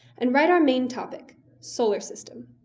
and write our main topic solar system.